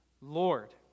Lord